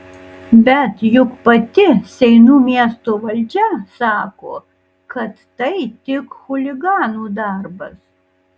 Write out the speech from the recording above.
bet juk pati seinų miesto valdžia sako kad tai tik chuliganų darbas